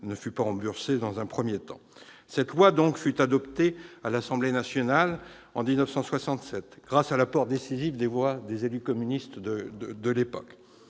ne fut pas remboursée. Cette loi fut donc adoptée par l'Assemblée nationale en 1967, grâce à l'apport décisif des voix des élus communistes de l'époque.